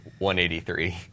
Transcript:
183